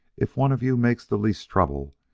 if one of you makes the least trouble,